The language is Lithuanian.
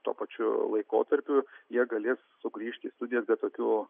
tuo pačiu laikotarpiu jie galės sugrįžti į studijas be tokių